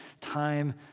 time